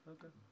Okay